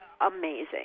amazing